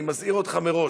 אני מזהיר אותך מראש.